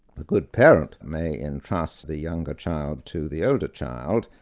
the good parent may entrust the younger child to the older child,